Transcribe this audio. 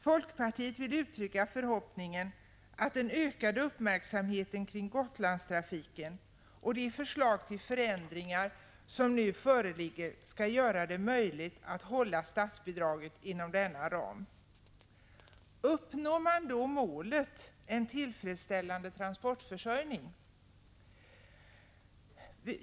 Folkpartiet vill uttrycka förhoppningen att den ökade uppmärksamheten kring Gotlandstrafiken och de förslag till förändringar som nu föreligger skall göra det möjligt att hålla statsbidraget inom denna ram. Uppnår man då målet om en tillfredsställande transportförsörjning?